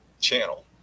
channel